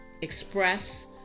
express